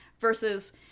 Versus